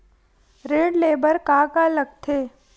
ऋण ले बर का का लगथे?